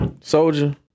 Soldier